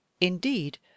indeed